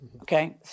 Okay